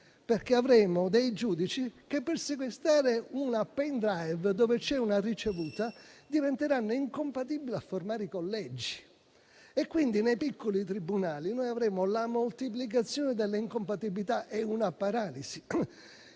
perché avremo giudici che per sequestrare un *pendrive* in cui c'è una ricevuta diventeranno incompatibili a formare i collegi e quindi nei piccoli tribunali avremo la moltiplicazione delle incompatibilità e una paralisi.